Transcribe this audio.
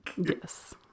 Yes